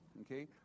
Okay